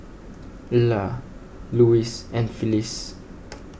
Ila Louis and Phyllis